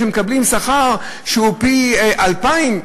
שמקבלים שכר שהוא פי-2,000.